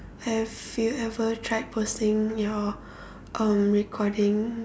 have you ever tried posting your uh recording